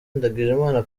ndagijimana